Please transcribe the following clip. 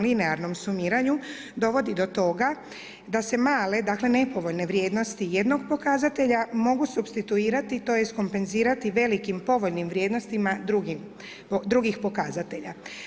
linearnom sumiranju dovodi do toga da se male, dakle nepovoljne vrijednosti jednog pokazatelja mogu supstituirati, tj. kompenzirati velikim povoljnim vrijednostima drugih pokazatelja.